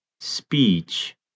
speech